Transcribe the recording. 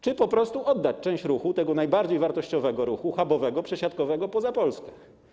Czy po prostu oddać część ruchu, tego najbardziej wartościowego ruchu, hubowego, przesiadkowego, poza Polskę?